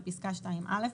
בפסקה (2א)